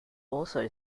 also